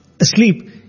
asleep